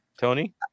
Tony